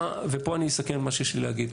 ופה אני אסכם את מה שיש לי להגיד.